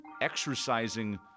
exercising